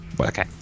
Okay